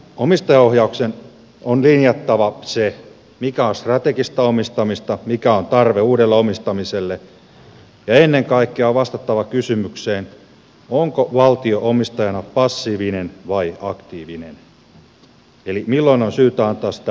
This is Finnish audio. omistajaohjauksen on linjattava se mikä on strategista omistamista mikä on tarve uudelle omistamiselle ja ennen kaikkea on vastattava kysymykseen onko valtio omistajana passiivinen vai aktiivinen eli milloin on syytä antaa sitä ohjausta ja milloin ei